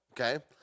okay